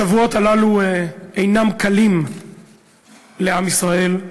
השבועות הללו אינם קלים לעם ישראל,